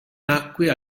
nacque